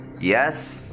Yes